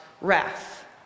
wrath